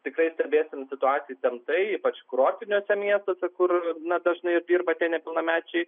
tikrai stebėsim situaciją įtemptai ypač kurortiniuose miestuose kur na dažnai dirba tie nepilnamečiai